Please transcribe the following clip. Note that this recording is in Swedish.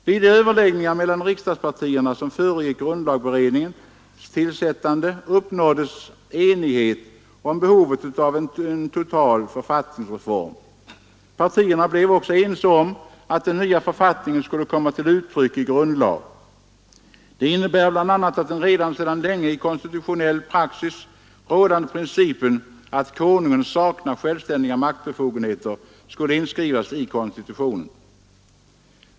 Vid de överläggningar mellan riksdagspartierna som föregick grundlagberedningens tillsättande uppnåddes enighet om behovet av en total författningsreform. Partierna blev också ense om att den nya författningen skulle komma till uttryck i grundlag. Det innebär bl.a. att den redan sedan länge i konstitutionell praxis rådande principen att Konungen saknar självständiga maktbefogenheter skulle inskrivas i konstitutionen.